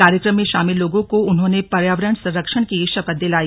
कार्यक्रम में शामिल लोगों को उन्होंने पर्यावरण संरक्षण की शपथ दिलाई